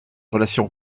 relation